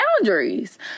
boundaries